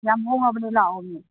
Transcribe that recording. ꯌꯥꯝ ꯍꯣꯡꯉꯕꯅꯦ ꯂꯥꯛꯑꯣꯃꯦ